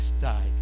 died